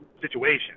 situation